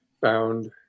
found